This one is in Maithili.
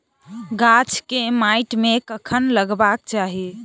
गाछ केँ माइट मे कखन लगबाक चाहि?